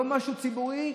לא משהו ציבורי,